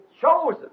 chosen